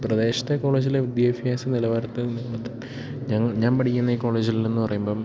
പ്രദേശത്തെ കോളേജിലെ വിദ്യാഭ്യാസ നിലവാരത്തെ ഞങ്ങൾ ഞാ പഠിക്കുന്ന ഈ കോളേജിൽ എന്ന് പറയുമ്പം